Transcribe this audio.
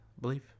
believe